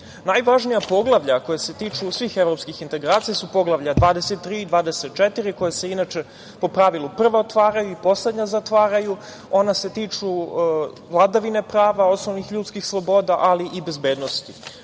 postigli. Najvažnija poglavlja koja se tiču svih evropskih integracija su Poglavlja 23 i 24, koja se inače po pravilu prva otvaraju i poslednja zatvaraju. Ona se tiču vladavine prava, osnovnih ljudskih sloboda ali i bezbednosti. Kada